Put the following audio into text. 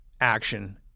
action –